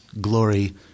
glory